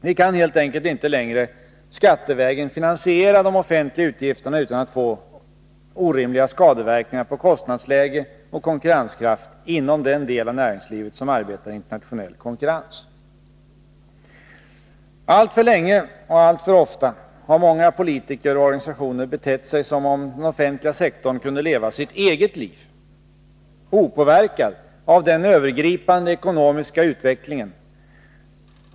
Vi kan helt enkelt inte längre skattevägen finansiera de offentliga utgifterna utan att få orimliga skadeverkningar på kostnadsläge och konkurrenskraft inom den del av näringslivet som arbetar i internationell konkurrens. Alltför länge och alltför ofta har många politiker och organisationer betett sig som om den offentliga sektorn kunde leva sitt eget liv, opåverkad av den övergripande ekonomiska utvecklingen.